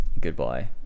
goodbye